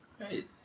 Right